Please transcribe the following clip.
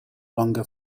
longer